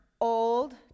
Old